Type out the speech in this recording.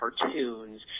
cartoons